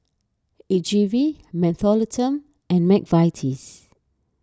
A G V Mentholatum and Mcvitie's